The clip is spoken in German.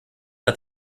hat